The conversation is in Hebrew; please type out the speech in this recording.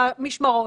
המשמרות,